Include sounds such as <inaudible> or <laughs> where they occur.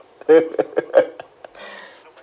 <laughs>